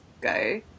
go